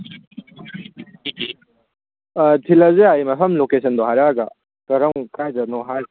ꯊꯤꯜꯂꯛꯑꯁꯨ ꯌꯥꯏꯌꯦ ꯃꯐꯝ ꯂꯣꯀꯦꯁꯟꯗꯣ ꯍꯥꯏꯔꯛꯑꯒ ꯀꯥꯏꯗꯅꯣ